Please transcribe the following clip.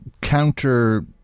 counter